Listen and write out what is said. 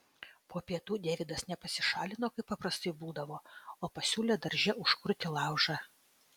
po pietų deividas ne pasišalino kaip paprastai būdavo o pasiūlė darže užkurti laužą